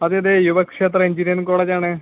അതെ അതെ Yuvakshetra engineering college ആണ്